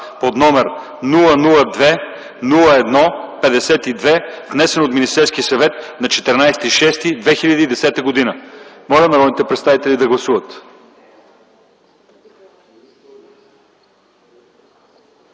под № 002-01-52, внесен от Министерския съвет на 14.06.2010 г. Моля народните представители да гласуват.